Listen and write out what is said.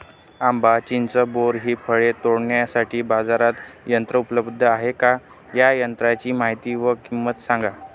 आंबा, चिंच, बोर हि फळे तोडण्यासाठी बाजारात यंत्र उपलब्ध आहेत का? या यंत्रांची माहिती व किंमत सांगा?